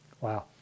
Wow